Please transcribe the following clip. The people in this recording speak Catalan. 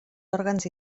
òrgans